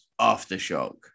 Aftershock